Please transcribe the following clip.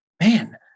man